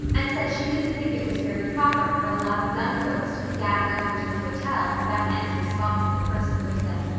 and said she didn't think it was very proper for a lot of young folks to be gadding over to the hotel without any responsible person with them.